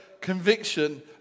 conviction